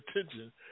attention